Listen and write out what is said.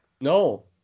No